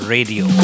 Radio